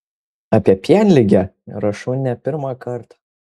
apie pienligę rašau ne pirmą kartą